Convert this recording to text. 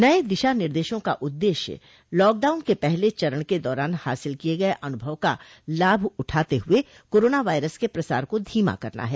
नये दिशा निर्देशों का उद्देश्य लॉकडाउन के पहले चरण के दौरान हासिल किये गये अनुभव का लाभ उठाते हुए कोरोना वायरस के प्रसार को धीमा करना है